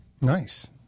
Nice